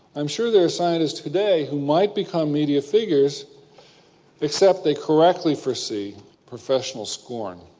i am sure there are scientists today who might become media figures except they correctly foresee professional scorn.